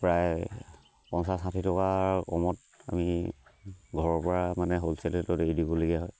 প্ৰায় পঞ্চাছ ষাঠি টকাৰ কমত আমি ঘৰৰ পৰা মানে হ'ল চলে ৰেটত এৰি দিবলগীয়া হয়